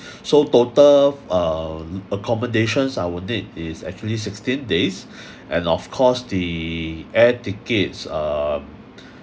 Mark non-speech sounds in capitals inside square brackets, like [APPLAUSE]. [BREATH] so total uh accommodations are would need is actually sixteen days and of course the air tickets uh